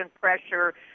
pressure